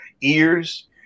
ears